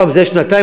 פעם זה היה שנתיים,